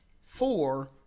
Four